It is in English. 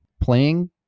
playing